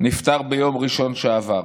נפטר ביום ראשון שעבר.